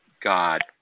God